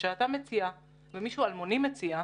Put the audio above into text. כשאתה מציע ומישהו אלמוני מציע,